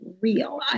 real